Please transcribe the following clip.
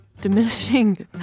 diminishing